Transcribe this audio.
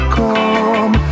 come